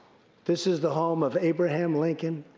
this is the home of abraham lincoln,